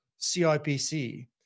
CIPC